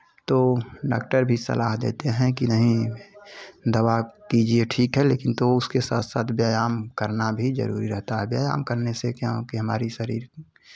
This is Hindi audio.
तो डॉक्टर भी सलाह देते हैं कि नहीं दवा कीजिए ठीक है लेकिन तो उसके साथ साथ व्यायाम करना भी जरूरी रहता है व्यायाम करने से क्या हो कि हमारी शरीर में